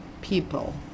people